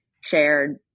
shared